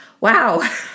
wow